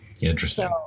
Interesting